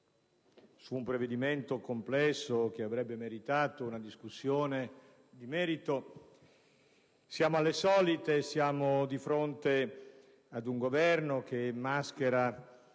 su un provvedimento complesso che avrebbe meritato la discussione di merito siamo alle solite: siamo di fronte ad un Governo che maschera